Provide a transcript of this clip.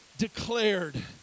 Declared